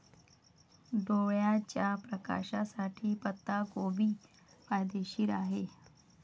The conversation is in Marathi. डोळ्याच्या प्रकाशासाठी पत्ताकोबी फायदेशीर आहे